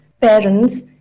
parents